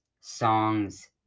songs